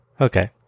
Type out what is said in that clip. Okay